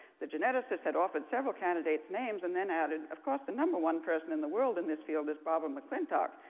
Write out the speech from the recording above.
the geneticists had offered several candidates' names, and then added, of course, the number one person in the world in this field is barbara mcclintock.